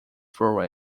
through